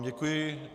Děkuji.